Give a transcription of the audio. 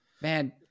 Man